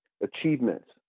achievements